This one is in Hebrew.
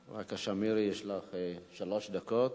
בבקשה, מירי, יש לך שלוש דקות.